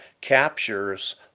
captures